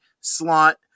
slot